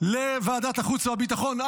לוועדת החוץ והביטחון.